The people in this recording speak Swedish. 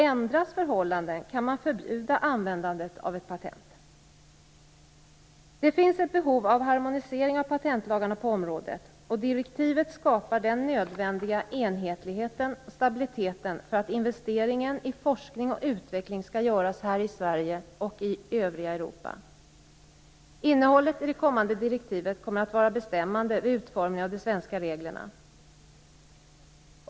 Ändras förhållanden kan man förbjuda användandet av ett patent. Det finns ett behov av harmonisering av patentlagarna på området, och direktivet skapar den nödvändiga enhetligheten och stabiliteten för att investeringen i forskning och utveckling skall göras här i Sverige och i övriga Europa. Innehållet i det kommande direktivet kommer att vara bestämmande vid utformningen av de svenska reglerna.